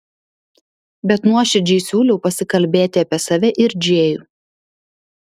bet nuoširdžiai siūliau pasikalbėti apie save ir džėjų